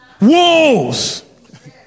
wolves